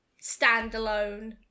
standalone